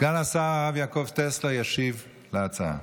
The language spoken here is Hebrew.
השר הרב יעקב טסלר ישיב על ההצעה,